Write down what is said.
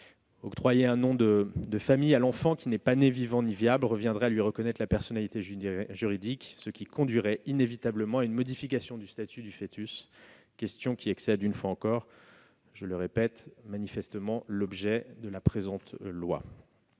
Octroyer un nom de famille à l'enfant qui n'est pas né vivant ni viable reviendrait à lui reconnaître la personnalité juridique, ce qui conduirait inévitablement à une modification du statut du foetus, question qui excède, je le répète, l'objet de la présente